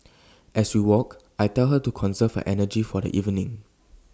as we walk I tell her to conserve energy for the evening